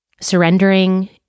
surrendering